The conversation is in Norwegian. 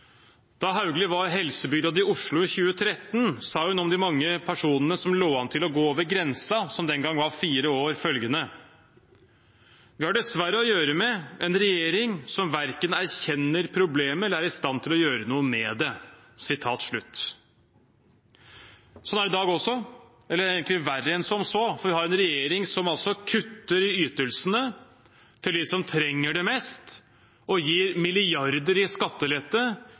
Da Hauglie var helsebyråd i Oslo, i 2013, sa hun om de mange personene som lå an til å gå over grensen, som den gangen var fire år, følgende: «Vi har dessverre her å gjøre med en regjering som verken erkjenner problemet eller er i stand til å gjøre noe med det.» Slik er det også i dag, eller egentlig verre enn som så, for vi har en regjering som kutter i ytelsene til dem som trenger dem mest, og gir milliarder i skattelette